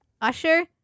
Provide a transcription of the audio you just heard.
Usher